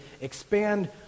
expand